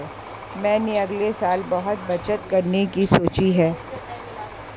मैंने अगले साल बहुत बचत करने की सोची है